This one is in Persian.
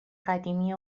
قدیمی